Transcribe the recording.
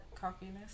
cockiness